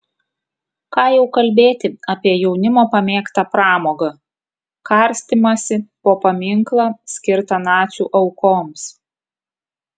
ką jau kalbėti apie jaunimo pamėgtą pramogą karstymąsi po paminklą skirtą nacių aukoms